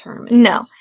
No